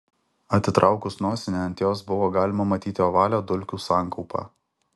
atitraukus nosinę ant jos buvo galima matyti ovalią dulkių sankaupą